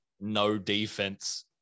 no-defense